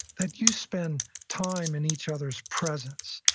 that you spend time in each other's presence.